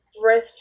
breath